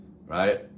right